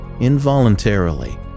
involuntarily